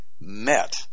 met